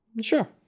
Sure